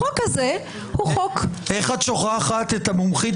החוק הזה הוא חוק --- איך את שוכחת את המומחית